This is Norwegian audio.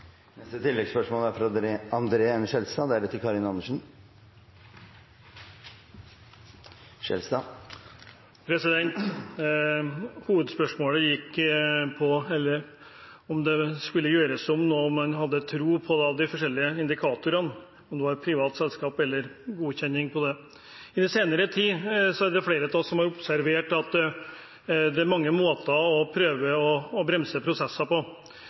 N. Skjelstad – til oppfølgingsspørsmål. Hovedspørsmålet gikk på om man hadde tro på alle de forskjellige indikatorene hvis det skulle gjøres av et privat selskap, og om godkjenningen av det. I den senere tid er det flere av oss som har observert at det er mange måter å prøve å bremse prosesser på.